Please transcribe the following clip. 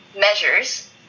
measures